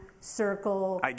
circle